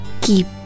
keep